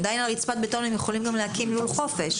עדיין הם עדיין יכולים גם להקים כלוב לול חופש.